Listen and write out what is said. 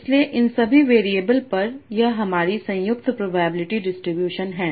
इसलिए इन सभी वेरिएबल पर यह हमारी संयुक्त प्रोबेबिलिटी डिस्ट्रीब्यूशन है